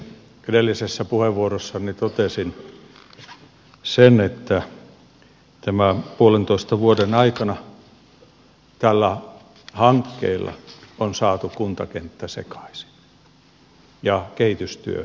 edellisessä puheenvuorossani totesin sen että tämän puolentoista vuoden aikana tällä hankkeella on saatu kuntakenttä sekaisin ja kehitystyö on pysähtynyt